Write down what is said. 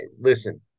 listen